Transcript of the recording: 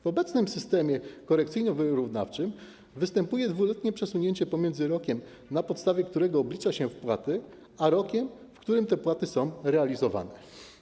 W obecnym systemie korekcyjno-wyrównawczym występuje dwuletnie przesunięcie pomiędzy rokiem, na podstawie którego oblicza się wpłaty, a rokiem, w którym te wpłaty są realizowane.